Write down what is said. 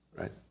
right